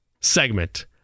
segment